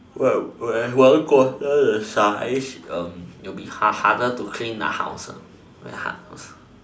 when when I'm one quarter the size it will be harder to clean the house very hard